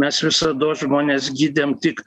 mes visados žmones gydėm tik